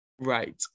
Right